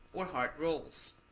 or hard rolls.